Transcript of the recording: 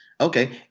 Okay